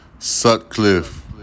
Sutcliffe